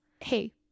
hey